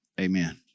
amen